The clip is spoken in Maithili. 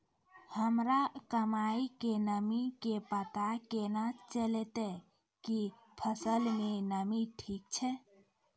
हमरा मकई के नमी के पता केना चलतै कि फसल मे नमी ठीक छै?